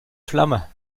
flamme